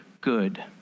good